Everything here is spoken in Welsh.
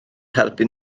helpu